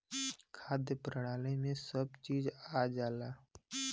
खाद्य प्रणाली में सब चीज आ जाला